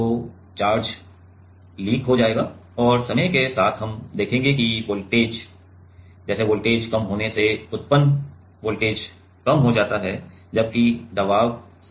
तो charge leak हो जाएगा और समय के साथ हम देखेंगे कि वोल्टेज जैसे वोल्टेज कम होने से उत्पन्न वोल्टेज कम हो जाता है जबकि दबाव समान होता है